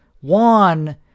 one